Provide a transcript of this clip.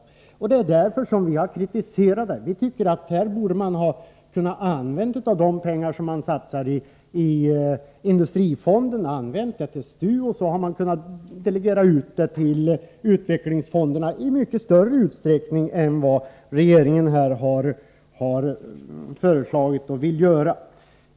Det är därför vi fört fram kritik. Vi tycker att man här borde ha använt de pengar som man satsar i Industrifonden. Dessa pengar borde ha gått till STU som låtit dem gå vidare till utvecklingsfonderna i mycket större utsträckning än vad regeringen föreslår.